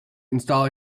install